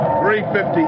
350